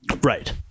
Right